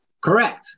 Correct